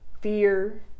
fear